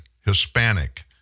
Hispanic